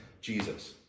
Jesus